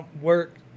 Work